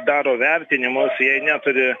daro vertinimus jei neturi